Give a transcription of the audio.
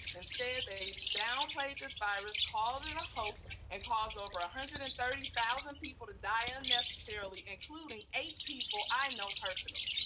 instead they downplayed this virus, called it a hoax and caused over one ah hundred and thirty thousand people to die unnecessarily, including eight people i know personally.